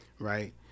right